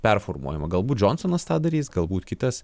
performuojama galbūt džonsonas tą darys galbūt kitas